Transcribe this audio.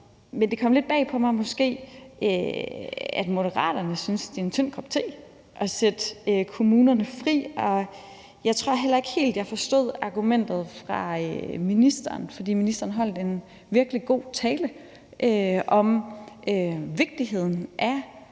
Men det kom måske lidt bag på mig, at Moderaterne synes, det er en tynd kop te at sætte kommunerne fri, og jeg tror heller ikke helt, jeg forstod argumentet fra ministeren. Ministeren holdt en virkelig god tale om vigtigheden af